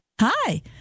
Hi